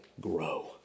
grow